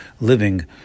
living